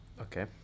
Okay